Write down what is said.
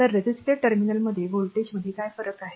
तर रेझिस्टर टर्मिनलमध्ये व्होल्टेजमध्ये काय फरक आहे